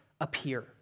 appear